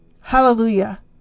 Hallelujah